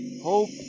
Hope